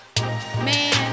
man